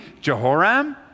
Jehoram